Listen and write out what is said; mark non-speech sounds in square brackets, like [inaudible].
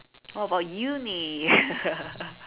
what about uni [laughs]